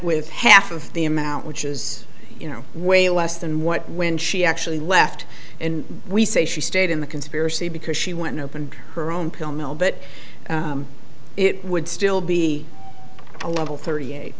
with half of the amount which is you know way less than what when she actually left and we say she stayed in the conspiracy because she went opened her own pill mill but it would still be a level thirty eight